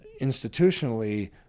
institutionally